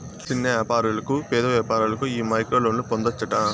సిన్న యాపారులకు, పేద వ్యాపారులకు ఈ మైక్రోలోన్లు పొందచ్చట